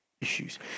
issues